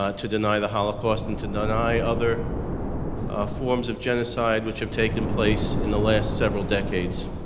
ah to deny the holocaust and to deny other forms of genocide which have taken place in the last several decades.